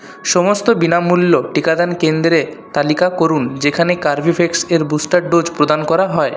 সমস্ত বিনামূল্য টিকাদান কেন্দ্রের তালিকা করুন যেখানে কর্বেভ্যাক্স এর বুস্টার ডোজ প্রদান করা হয়